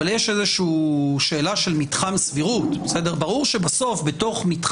-- אז הפסדנו גם לא רק ביעילות גם בהגנה על הערכים המוגנים.